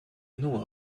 know